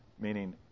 meaning